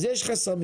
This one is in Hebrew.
אז יש חסמים.